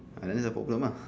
ah then that's the problem mah